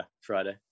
Friday